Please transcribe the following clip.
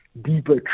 deeper